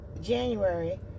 January